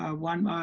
ah one